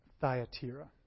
Thyatira